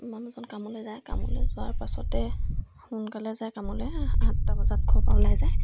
মানুহজন কামলে যায় কামলৈ যোৱাৰ পাছতে সোনকালে যায় কামলৈ সাতটা বজাত ঘৰৰ পৰা ওলাই যায়